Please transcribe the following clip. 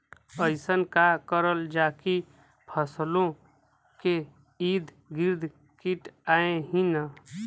अइसन का करल जाकि फसलों के ईद गिर्द कीट आएं ही न?